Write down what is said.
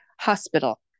hospital